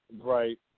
right